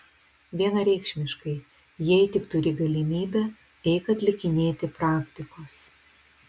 vienareikšmiškai jei tik turi galimybę eik atlikinėti praktikos